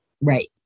Right